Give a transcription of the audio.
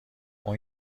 اون